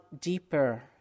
deeper